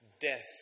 death